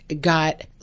got